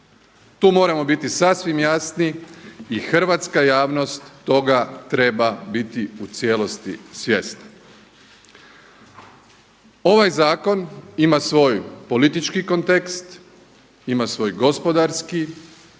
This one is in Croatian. Tu moramo biti sasvim jasni i hrvatska javnost toga treba biti u cijelosti svjesna. Ovaj zakon ima svoj politički kontekst, ima svoj gospodarski,